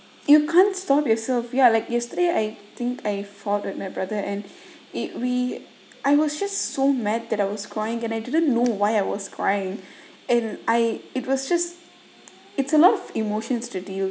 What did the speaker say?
you can't stop yourself you are like yesterday I think I fought with my brother and it we I was just so mad that I was crying and I didn't know why I was crying and I it was just it's a lot of emotions to deal